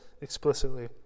explicitly